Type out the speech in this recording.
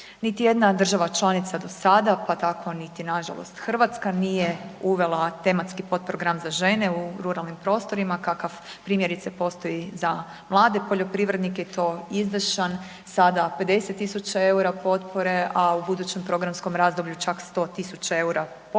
Niti jedna država članica do sada pa tako ni niti nažalost Hrvatska, nije uvela tematski potprogram za žene u ruralnim prostorima kakav primjerice postoji za mlade poljoprivrednike i to izdašan, sada 50 000 eura a u budućem programskom razdoblju čak 100 000 eura potpore